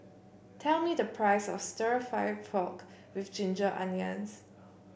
tell me the price of stir fry pork with Ginger Onions